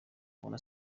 kubona